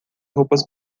roupas